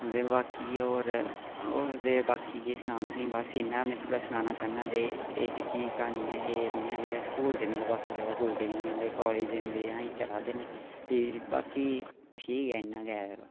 बाकी ओह् होर ते बाकी केह् सना तुसेंगी बस इन्ना थोह्ड़ा सनाना चाह्ना ते एह् जेह्की क्हानी ऐ कि'यां रेहा स्कूल बाकी दिन भुलदे गै नेई हैन कालेज दे दिन अज्जें चलादे न ते बाकी ठीक ऐ इन्ना गै